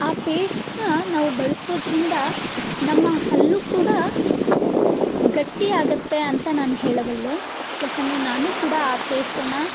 ಆ ಪೇಶ್ಟನ್ನ ನಾವು ಬಳಸೋದ್ರಿಂದ ನಮ್ಮ ಹಲ್ಲು ಕೂಡ ಗಟ್ಟಿ ಆಗುತ್ತೆ ಅಂತ ನಾನು ಹೇಳಬಲ್ಲೆ ಯಾಕಂದರೆ ನಾನು ಕೂಡ ಆ ಪೇಸ್ಟನ್ನು